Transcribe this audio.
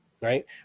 Right